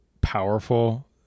powerful